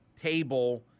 table